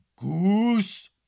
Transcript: Goose